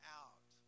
out